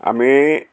আমি